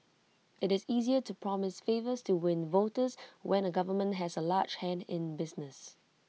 IT is easier to promise favours to win voters when A government has A large hand in business